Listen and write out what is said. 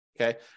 Okay